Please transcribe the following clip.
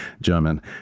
German